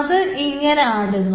അത് ഇങ്ങനെ ആടുന്നു